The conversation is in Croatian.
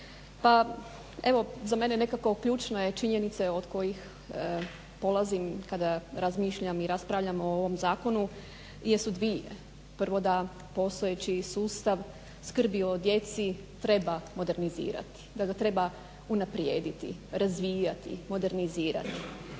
Pa evo za mene nekako ključne činjenice od kojih polazim kada razmišljam i raspravljam o ovom zakonu jesu dvije. Prvo da postojeći sustav skrbi o djeci treba modernizirati, da ga treba unaprijediti, razvijati, modernizirati.